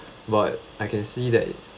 but I can see that